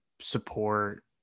support